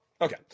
Okay